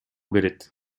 берет